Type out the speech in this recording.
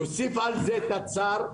תוסיף על זה תצ"ר,